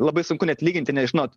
labai sunku net lyginti nes žinot